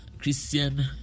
Christian